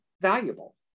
valuable